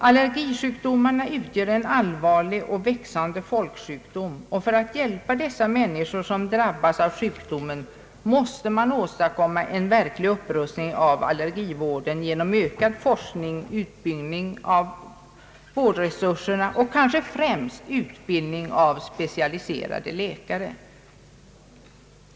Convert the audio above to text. Allergisjukdomarna utgör en allvarlig och växande folksjukdom. För de människor som drabbas av sjukdomen måste man åstadkomma en verklig upprustning av allergivården genom ökad forskning och utbyggnad av vårdresurserna och kanske främst utbildning av specialiserade läkare.